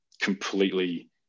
completely